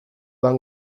van